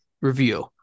review